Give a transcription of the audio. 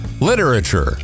literature